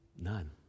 None